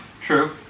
True